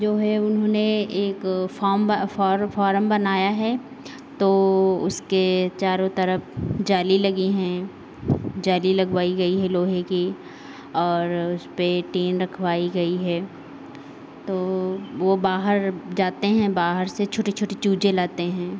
जो है उन्होंने एक फ़ार्म फ़ॉर फ़ॉरम बनाया है तो उसके चारों तरफ़ जाली लगी हैं जाली लगवाई गई है लोहे की और उसपे टीन रखवाई गई है तो वो बाहर जाते हैं बाहर से छोटे छोटे चूजे लाते हैं